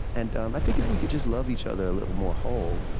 and um i think, if we could just love each other a little more, whole,